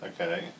Okay